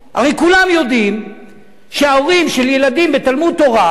הרי כולם יודעים שההורים של ילדים בתלמוד-תורה,